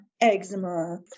eczema